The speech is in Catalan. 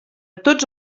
tots